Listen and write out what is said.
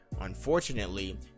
Unfortunately